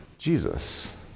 Jesus